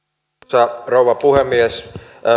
arvoisa rouva puhemies